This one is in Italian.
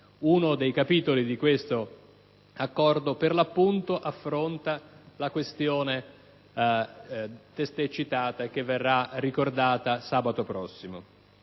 Uno dei capitoli di questo accordo affronta la questione testé citata, e che verrà ricordata sabato prossimo.